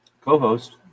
Co-host